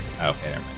Okay